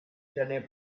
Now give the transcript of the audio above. graner